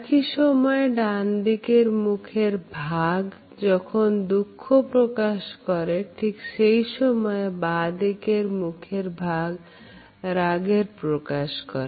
একই সময়ে ডানদিকের মুখের ভাগ যখন দুঃখ প্রকাশ করে ঠিক সেই সময় বাঁদিকের মুখের ভাগ রাগের প্রকাশ করে